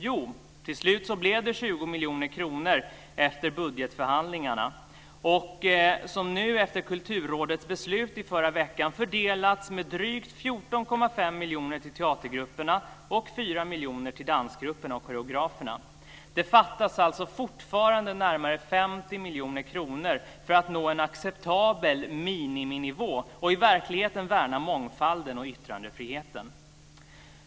Jo, till slut blev det 20 Kulturrådets beslut i förra veckan fördelas de nu med drygt 14,5 miljoner till teatergrupperna och 4 miljoner till dansgrupperna och koreograferna. Det fattas alltså fortfarande närmare 50 miljoner kronor för att nå en acceptabel miniminivå och i verkligheten värna mångfalden och yttrandefriheten.